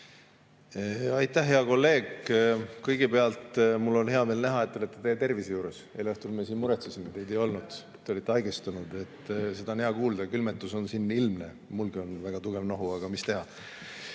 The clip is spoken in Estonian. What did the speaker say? Aitäh, hea kolleeg! Kõigepealt, mul on hea meel näha, et te olete täie tervise juures. Eile õhtul me siin muretsesime, teid ei olnud, te olite haigestunud. Seda on hea kuulda. Külmetus on siin ilmne. Mulgi on väga tugev nohu, aga mis teha?